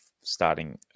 starting